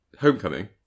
Homecoming